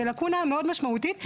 זו לקונה מאוד משמעותית,